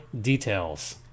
details